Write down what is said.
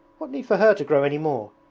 what need for her to grow any more?